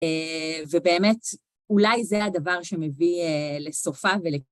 ובאמת, אולי זה הדבר שמביא לסופה ול...